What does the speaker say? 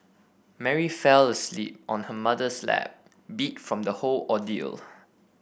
Mary fell asleep on her mother's lap beat from the whole ordeal